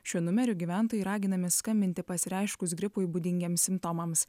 šiuo numeriu gyventojai raginami skambinti pasireiškus gripui būdingiems simptomams